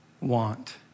want